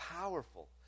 powerful